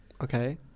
okay